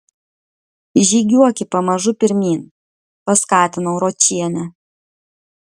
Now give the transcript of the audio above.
žygiuoki pamažu pirmyn paskatinau ročienę